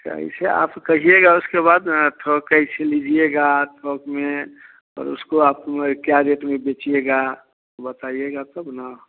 कैसे आप कहिएगा उसके बाद न थोक कैसे लीजिएगा थोक में और उसको आप मै क्या रेट में बेचिएगा बताइएगा तब न